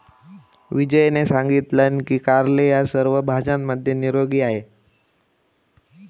विजयने सांगितलान की कारले ह्या सर्व भाज्यांमध्ये निरोगी आहे